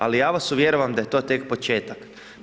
Ali ja vas uvjeravam da je to tek početak.